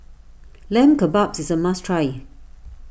Lamb Kebabs is a must try